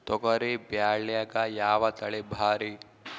ತೊಗರಿ ಬ್ಯಾಳ್ಯಾಗ ಯಾವ ತಳಿ ಭಾರಿ?